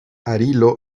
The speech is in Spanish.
arilo